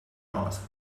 asked